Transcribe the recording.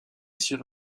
sur